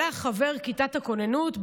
עלה חבר כיתת הכוננות,